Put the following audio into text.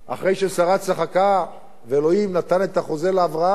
אחרי ששרה צחקה ואלוהים נתן את החוזה לאברהם,